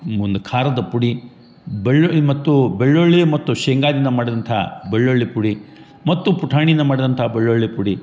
ಈ ಒಂದು ಖಾರದ ಪುಡಿ ಬೆಳ್ಳುಳ್ಳಿ ಮತ್ತು ಬೆಳ್ಳುಳ್ಳಿ ಮತ್ತು ಶೇಂಗಾದಿಂದ ಮಾಡಿದಂಥ ಬೆಳ್ಳುಳ್ಳಿ ಪುಡಿ ಮತ್ತು ಪುಟಾಣಿಯಿಂದ ಮಾಡಿದಂಥ ಬೆಳ್ಳುಳ್ಳಿ ಪುಡಿ